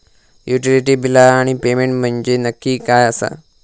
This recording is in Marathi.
युटिलिटी बिला आणि पेमेंट म्हंजे नक्की काय आसा?